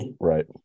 Right